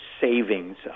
savings